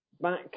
back